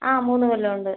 ആ മൂന്ന് കൊല്ലം ഉണ്ട്